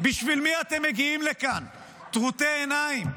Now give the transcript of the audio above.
בשביל מי אתם מגיעים לכאן טרוטי עיניים?